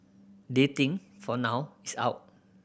dating for now is out